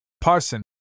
parson